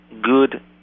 good